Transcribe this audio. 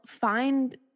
find